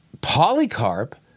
Polycarp